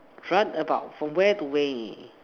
run about from where to where